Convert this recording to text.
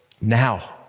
now